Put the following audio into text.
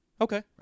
Okay